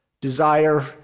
desire